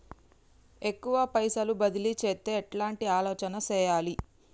ఎక్కువ పైసలు బదిలీ చేత్తే ఎట్లాంటి ఆలోచన సేయాలి?